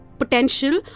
potential